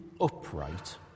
upright